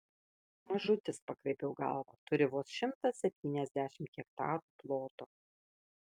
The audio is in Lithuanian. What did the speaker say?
mažutis pakraipiau galvą turi vos šimtą septyniasdešimt hektarų ploto